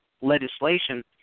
legislation